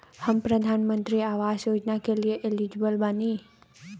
हम प्रधानमंत्री आवास योजना के लिए एलिजिबल बनी?